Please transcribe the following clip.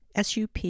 SUP